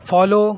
follow